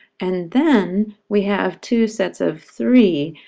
and then we have two sets of three.